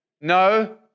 No